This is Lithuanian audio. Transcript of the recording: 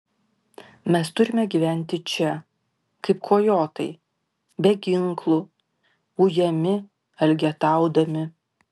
mes turime gyventi čia kaip kojotai be ginklų ujami elgetaudami